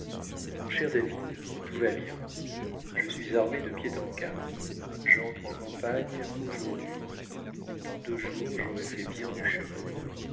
mon cher david tout va bien je suis armé de pied en cap j'entre en campagne aujourd'hui dans deux jours j'aurai fait bien du chemin